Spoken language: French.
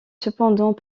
cependant